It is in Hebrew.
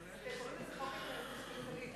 קוראים לזה חוק ההתייעלות הכלכלית.